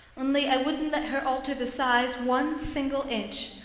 only i wouldn't let her alter the size one single inch.